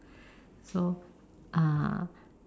so uh